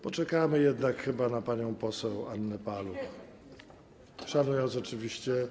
Poczekamy jednak chyba na panią poseł Annę Paluch, szanując oczywiście